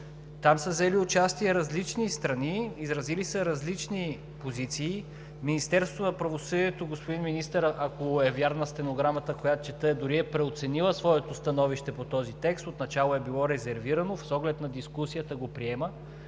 там са взели участие различни страни, изразили са различни позиции. Министерството на правосъдието, господин Министър, ако е вярна стенограмата, която чета, дори е преоценило своето становище по този текст – отначало е било резервирано, с оглед на дискусията го приема.